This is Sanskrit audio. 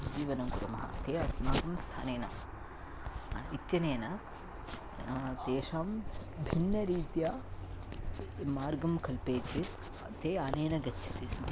जीवनं कुर्मः ते अस्माकं स्थाने न इत्यनेन तेषां भिन्नरीत्या मार्गं कल्पयति चेत् ते अनेन गच्छति स्म